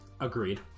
Agreed